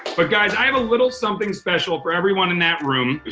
but guys, i have a little something special for everyone in that room.